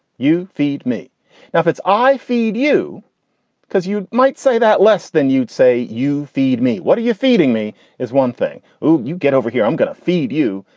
you feed me now if it's i feed you because you might say that less than you'd say you feed me. what are you feeding me is one thing you you get over here, i'm going to feed you.